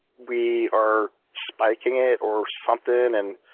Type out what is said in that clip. we are spiking it or something. and